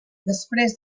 després